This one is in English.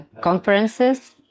conferences